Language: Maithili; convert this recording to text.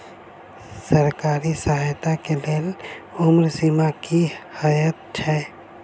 सरकारी सहायता केँ लेल उम्र सीमा की हएत छई?